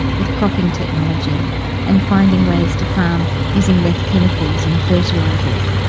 with cropping technology and finding ways to farm using less chemicals and fertilisers.